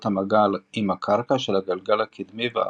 המגע עם הקרקע של הגלגל הקדמי והאחורי.